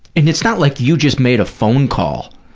and it's not like you just made a phone call.